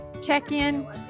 check-in